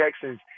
Texans